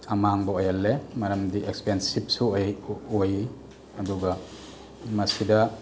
ꯑꯃꯥꯡꯕ ꯑꯣꯏꯍꯜꯂꯦ ꯃꯔꯝꯗꯤ ꯑꯦꯛꯁꯄꯦꯟꯁꯤꯞꯁꯨ ꯑꯣꯏ ꯑꯣꯏ ꯑꯗꯨꯒ ꯃꯁꯤꯗ